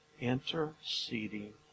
interceding